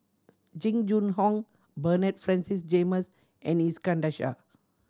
Jing Jun Hong Bernard Francis James and Iskandar Shah